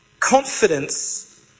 Confidence